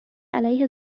علیه